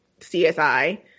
CSI